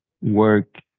work